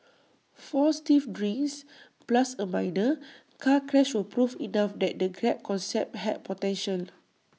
four stiff drinks plus A minor car crash were proof enough that the grab concept had potential